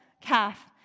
calf